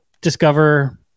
discover